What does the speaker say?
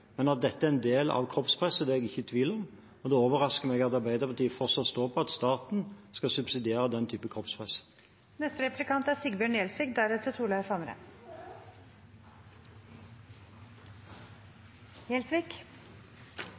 Men at dette er en del av kroppspresset, er jeg ikke i tvil om, og det overrasker meg at Arbeiderpartiet fortsatt står fast på at staten skal subsidiere den